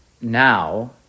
now